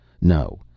No